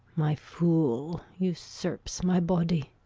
my fool usurps my body.